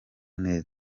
neza